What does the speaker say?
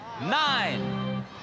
nine